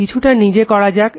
কিছুটা নিজে নিজে করা যাক